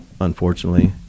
unfortunately